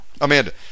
Amanda